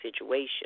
situation